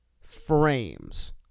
frames